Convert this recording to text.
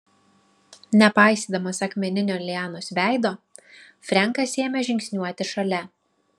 nepaisydamas akmeninio lianos veido frenkas ėmė žingsniuoti šalia